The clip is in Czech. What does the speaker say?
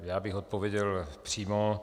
Já bych odpověděl přímo.